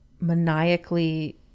maniacally